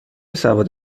سواد